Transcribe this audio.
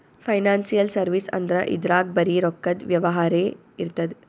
financial service ಅಂದ್ರ ಇದ್ರಾಗ್ ಬರೀ ರೊಕ್ಕದ್ ವ್ಯವಹಾರೇ ಇರ್ತದ್